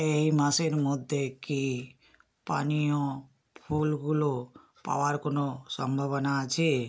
এই মাসের মধ্যে কি পানীয় ফুলগুলো পাওয়ার কোনো সম্ভাবনা আছে